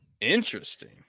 Interesting